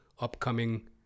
upcoming